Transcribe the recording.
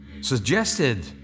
suggested